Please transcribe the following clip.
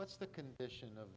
what is the condition of